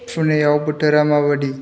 पुनेयाव बोथोरा माबायदि